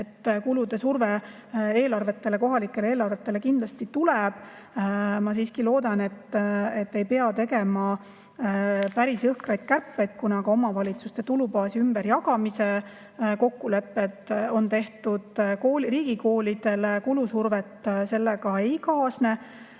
Kulude surve kohalike omavalitsuste eelarvetele kindlasti tuleb. Ma siiski loodan, et ei pea tegema päris jõhkraid kärpeid, kuna ka omavalitsuste tulubaasi ümberjagamise kokkulepped on tehtud. Riigikoolidele kulusurvet sellega ei kaasne.